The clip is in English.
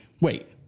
wait